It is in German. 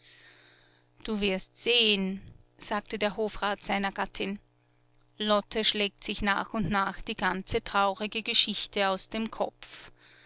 du wirst sehen sagte der hofrat seiner gattin lotte schlägt sich nach und nach die ganze traurige geschichte aus dem kopf